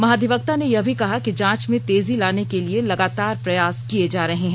महाधिवक्ता ने यह भी कहा कि जांच में तेजी लाने के लिए लगातार प्रयास किए जा रहे हैं